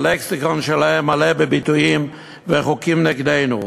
הלקסיקון שלהם מלא בביטויים ובחוקים נגדנו.